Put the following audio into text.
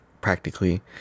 practically